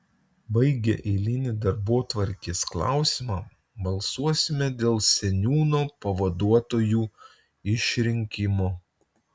baigę eilinį darbotvarkės klausimą balsuosime dėl seniūno pavaduotojų išrinkimo